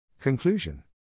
Conclusion